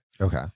Okay